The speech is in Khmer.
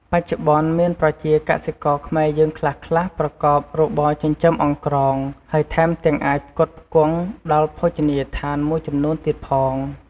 បច្ចុប្បន្ន មានប្រជាកសិករខ្មែរយើងខ្លះៗប្រកបរបរចិញ្ចឹមអង្រ្កង ហើយថែមទាំងអាចផ្គត់ផ្គង់ដល់ភោជនីយដ្ឋានមួយចំនួនទៀតផង។